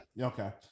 Okay